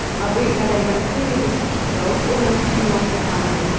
our route led over a series of steep hills almost due north to helmsley,